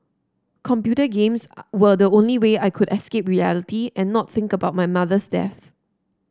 computer games were the only way I could escape reality and not think about my mother's death